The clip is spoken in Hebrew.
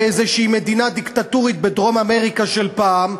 במדינה דיקטטורית כלשהי בדרום-אמריקה של פעם,